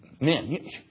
man